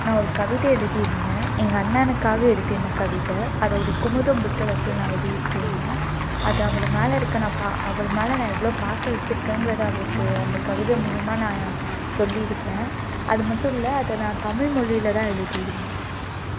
நான் ஒரு கவிதை எழுதியிருந்தேன் எங்கள் அண்ணனுக்காக எழுதியிருந்தேன் கவிதை அதை ஒரு குமுதம் புத்தகத்தில் நான் வெளியிட்டு இருந்தேன் அது அவர் மேல் இருக்கற நான் பா அவர் மேல் நான் எவ்வளோ பாசம் வச்சுருக்கேங்கறத அவருக்கு அந்த கவிதை மூலிமாக நான் சொல்லியிருப்பேன் அது மட்டும் இல்லை அதை நான் தமிழ் மொழியில் தான் எழுதியிருந்தேன்